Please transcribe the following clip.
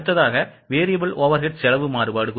அடுத்தது variable overhead செலவு மாறுபாடு